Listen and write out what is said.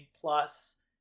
plus